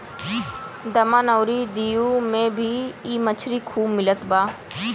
दमन अउरी दीव में भी इ मछरी खूब मिलत बा